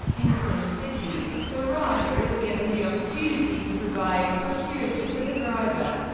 in some cities, the rider is given the opportunity to provide a gratuity to the driver,